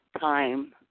time